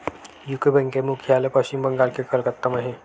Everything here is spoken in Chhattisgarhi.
यूको बेंक के मुख्यालय पस्चिम बंगाल के कलकत्ता म हे